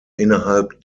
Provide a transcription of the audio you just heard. innerhalb